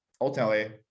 ultimately